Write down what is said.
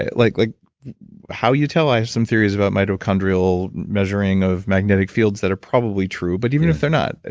ah like like how you tell, i have some theories about mitochondrial measuring of magnetic fields that are probably true, but even if they're not,